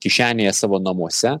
kišenėje savo namuose